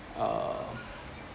uh